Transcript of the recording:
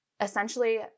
essentially